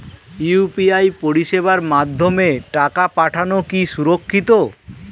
UPI পরিষেবার মাধ্যমে টাকা পাঠানো কি সুরক্ষিত?